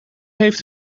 heeft